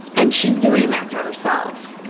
and she's doing that to herself.